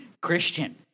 Christian